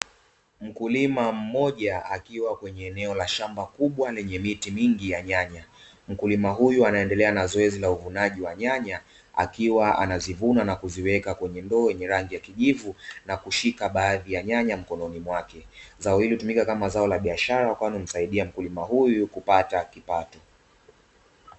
Mkulima mmoja akiwa katika eneo la shamba kubwa lenye miti mingi ya nyanya. Mkulima huyu anaendelea na zoezi la uvunaji wa nyanya akiwa anazivuna na kuziweka kwenye ndoo yenye rangi ya kijivu na kushika baadhi ya nyanya mkononi mwake. Zao hili hutumika kama zao la biashara kwani humsaidia mkulima huyu kupata kipato.